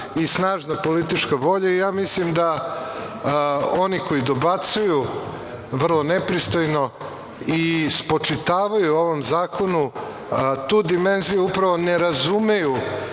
i snažna politička volja. Ja mislim da oni koji dobacuju vrlo nepristojno i spočitavaju ovom zakonu tu dimenziju, upravo ne razumeju